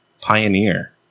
Pioneer